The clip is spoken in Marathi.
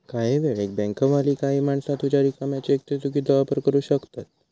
काही वेळेक बँकवाली काही माणसा तुझ्या रिकाम्या चेकचो चुकीचो वापर करू शकतत